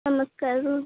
ନମସ୍କାର ରହୁଛି